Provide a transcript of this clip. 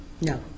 No